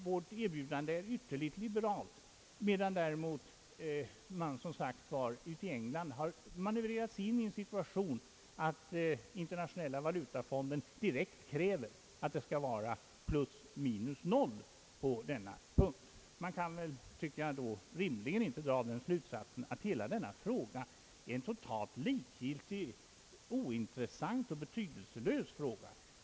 Vårt erbjudande är ytterligt liberalt, medan man däremot i England manövrerats in i en sådan situation att Internationella valutafonden direkt kräver att det skall vara plus minus noll på denna punkt. Man kan då, tycker jag, inte rimligen dra den slutsatsen att hela denna fråga är totalt likgiltig, ointressant och betydelselös.